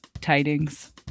tidings